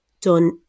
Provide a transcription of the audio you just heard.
done